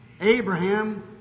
Abraham